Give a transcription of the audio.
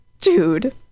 dude